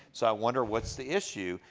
so i wonder what is the issue?